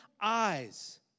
eyes